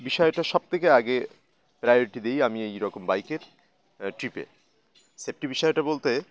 বিষয়টা সব থেকে আগে প্রায়োরিটি আমি এই রকম বাইকের ট্রিপে সেফটি বিষয়টা বলতে